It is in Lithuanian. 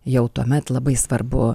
jau tuomet labai svarbu